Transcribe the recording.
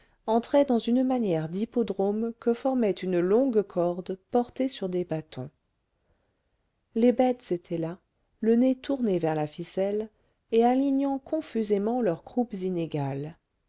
entraient dans une manière d'hippodrome que formait une longue corde portée sur des bâtons les bêtes étaient là le nez tourné vers la ficelle et alignant confusément leurs croupes inégales